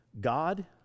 God